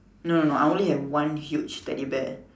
no no no I only have one huge teddy bear